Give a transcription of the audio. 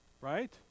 Right